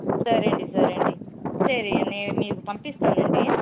సరే అండి సరే అండి సరే నేను మీకు పంపిస్తాను అండి